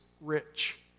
rich